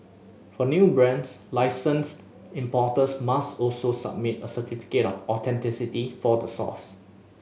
for new brands licensed importers must also submit a certificate of authenticity for the source